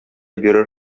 бирер